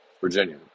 Virginia